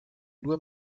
nur